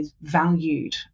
valued